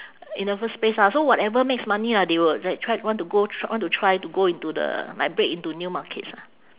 in the first place ah so whatever makes money lah they will like try want to go tr~ want to try to go into the like break into new markets ah